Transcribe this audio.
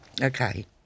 Okay